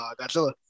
Godzilla